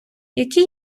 які